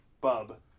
Bub